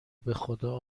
بخدا